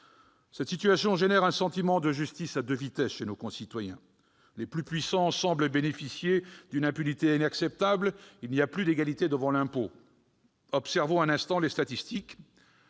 Cette situation nourrit un sentiment de justice à deux vitesses chez nos concitoyens : les plus puissants semblent bénéficier d'une impunité inacceptable, il n'y a plus d'égalité devant l'impôt. Observons un instant les statistiques